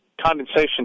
condensation